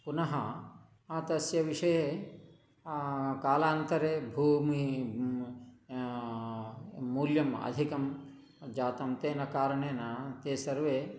पुनः तस्य विषये कालान्तरे भूमिं मूल्यं अधिकं जातं तेन कारणेन ते सर्वे